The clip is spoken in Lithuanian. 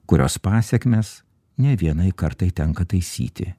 kurios pasekmes ne vienai kartai tenka taisyti